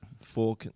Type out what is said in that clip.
four